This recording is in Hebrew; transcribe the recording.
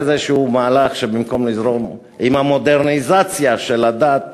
זה איזשהו מהלך שבמקום לזרום עם המודרניזציה של הדת,